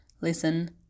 listen